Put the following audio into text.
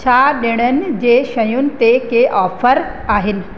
छा ॾिणनि जे शयुनि ते के ऑफर आहिनि